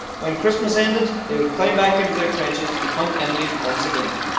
when christmas ended, they would climb back into their trenches to become enemies once again.